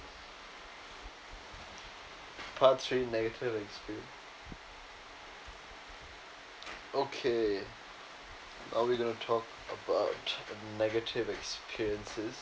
part three negative expe~ okay are we gonna talk about negative experiences